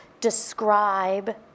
describe